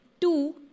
Two